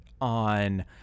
on